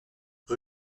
rue